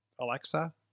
Alexa